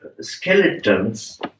skeletons